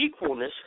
equalness